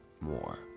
more